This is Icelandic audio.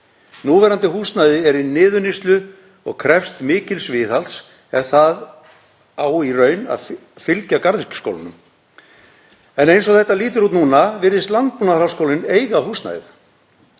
Núverandi húsnæði er í niðurníðslu og krefst mikils viðhalds ef það á í raun að fylgja garðyrkjuskólanum. Eins og þetta lítur út núna virðist landbúnaðarháskólinn eiga húsnæðið.